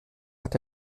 hat